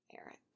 Eric